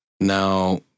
Now